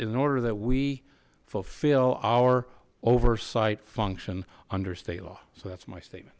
in order that we fulfill our oversight function under state law so that's my statement